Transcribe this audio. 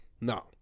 No